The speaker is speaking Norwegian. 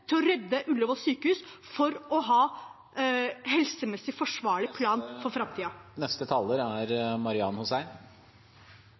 til å redde Ullevål sykehus for å ha en helsemessig forsvarlig plan for framtiden. En annen sak som er